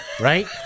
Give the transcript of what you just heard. right